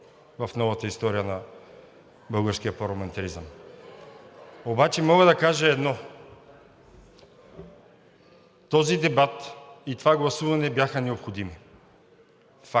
в новата история на българския парламентаризъм. Обаче мога да кажа едно – този дебат и това гласуване бяха необходими,